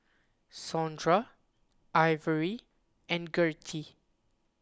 Saundra Ivory and Gertie